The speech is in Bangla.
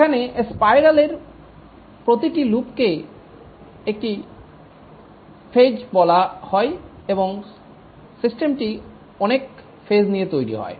এখানে স্পাইরাল এর প্রতিটি লুপকে একটি ফেজ বলা হয় এবং সিস্টেমটি অনেক ফেজ নিয়ে তৈরি হয়